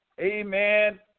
amen